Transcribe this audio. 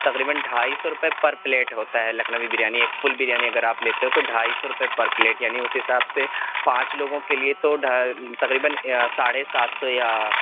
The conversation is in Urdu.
تقریباً ڈھائی سو روپئے پر پلیٹ ہوتا ہے لکھنوی بریانی ایک فل بریانی اگر آپ لیتے ہو تو ڈھائی سو روپئے پر پلیٹ یعنی اس حساب سے پانچ لوگوں کے لیے تو ڈھا تقریباً ساڑھے سات سو یا